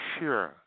sure